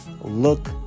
look